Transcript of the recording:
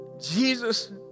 Jesus